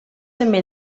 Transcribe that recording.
també